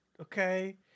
okay